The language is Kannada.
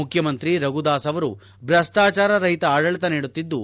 ಮುಖ್ಚಮಂತ್ರಿ ರಘುದಾಸ್ ಅವರು ಭ್ರಷ್ಟಾಚಾರ ರಹಿತ ಆಡಳಿತ ನೀಡುತ್ತಿದ್ದು